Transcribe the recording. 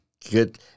Good